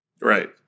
Right